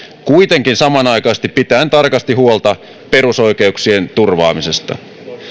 kuitenkin samanaikaisesti tarkasti huolta perusoikeuksien turvaamisesta